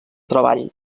treball